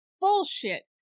Bullshit